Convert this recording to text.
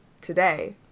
today